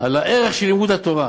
על הערך של לימוד תורה.